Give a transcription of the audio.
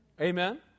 Amen